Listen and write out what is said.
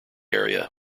area